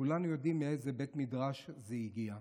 כולנו יודעים מאיזה בית מדרש זה הגיע.